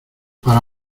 para